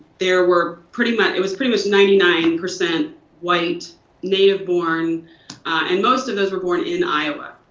there were pretty much it was pretty much ninety nine percent white native born and most of those were born in iowa.